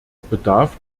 bedarf